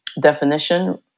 definition